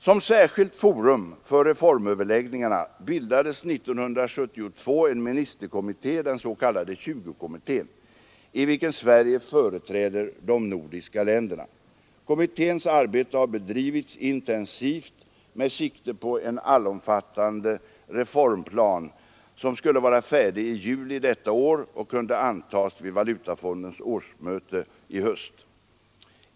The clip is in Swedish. Som särskilt forum för reformöverläggningarna bildades 1972 en ministerkommitté, den s.k. 20-kommittén, i vilken Sverige företräder de nordiska länderna. Kommitténs arbete har bedrivits intensivt med sikte på en allomfattande reformplan, som skulle vara färdig i juli detta år och kunna antas vid valutafondens årsmöte hösten 1974.